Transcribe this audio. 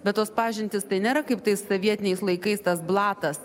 bet tos pažintis tai nėra kaip tais sovietiniais laikais tas blatas